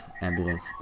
Ambulance